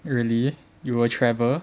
really you will travel